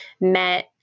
met